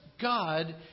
God